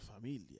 familia